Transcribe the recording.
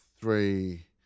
three